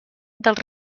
dels